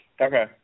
Okay